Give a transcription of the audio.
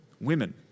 women